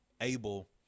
able